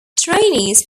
trainees